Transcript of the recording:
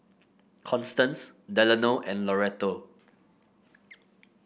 Constance Delano and Loretto